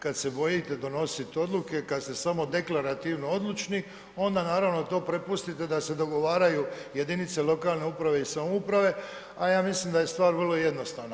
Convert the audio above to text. Kad se bojite donosit odluke, kad ste samo deklarativno odlučni onda naravno to prepustite da se dogovaraju jedinice lokalne uprave i samouprave, a ja mislim da je stvar vrlo jednostavna.